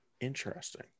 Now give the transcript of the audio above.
Interesting